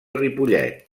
ripollet